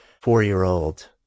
Four-year-old